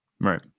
Right